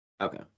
Okay